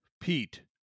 pete